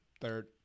Third